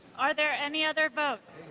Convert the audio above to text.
are there any other votes?